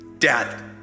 Dad